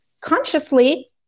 Consciously